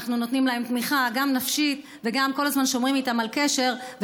אנחנו נותנים להם תמיכה נפשית וגם שומרים איתם על קשר כל הזמן,